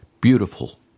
beautiful